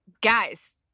guys